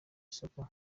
isoko